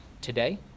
today